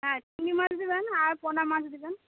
হ্যাঁ চিংড়ি মাছ দেবেন আর পোনামাছ দেবেন